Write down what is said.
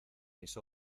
mis